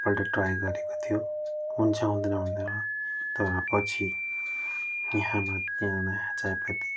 एकपल्ट ट्राई गरेको थियो हुन्छ हुँदैन हुँदैन तर पछि यहाँ मात यहाँ नयाँ चायपत्ती